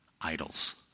idols